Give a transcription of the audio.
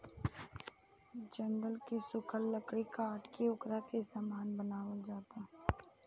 जंगल के सुखल लकड़ी काट के ओकरा से सामान बनावल जाता